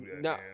No